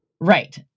Right